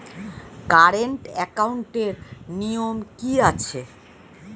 Current একাউন্টের নিয়ম কী আছে?